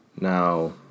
Now